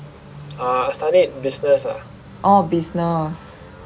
orh business